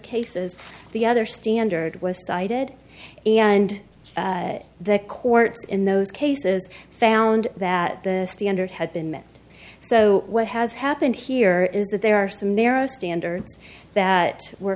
cases the other standard was cited and the courts in those cases found that the standard had been met so what has happened here is that there are some narrow standards that were